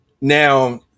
Now